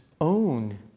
own